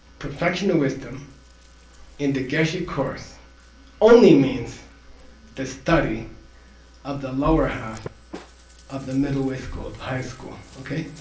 perfection of wisdom in the geshe course only means the study of the lower half of the middle way school, highest school, okay?